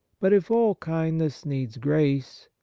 but if all kindness needs grace,